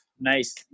nice